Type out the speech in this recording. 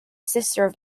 sisters